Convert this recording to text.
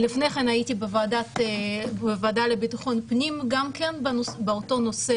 לפני כן הייתי בוועדה לביטחון פנים גם כן באותו נושא